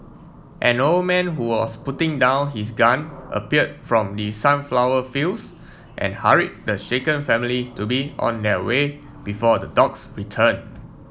an old man who was putting down his gun appeared from the sunflower fields and hurried the shaken family to be on their way before the dogs return